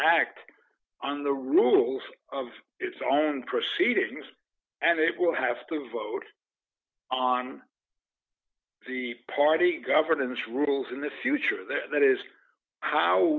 act on the rules of its own proceedings and it will have to vote on the party governance rules in the future that is how